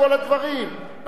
רבותי, אי-אפשר כך.